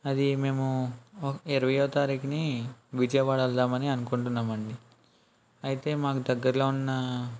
అది మేము ఇరవైయొ తారీఖుని విజయవాడ వెళ్దామని అనుకుంటున్నాం అండి అయితే మాకు దగ్గరలో ఉన్న